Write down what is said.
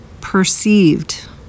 Perceived